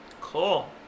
Cool